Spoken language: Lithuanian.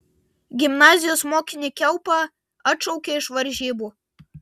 gimnazijos mokinį kiaupą atšaukė iš varžybų